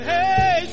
Hey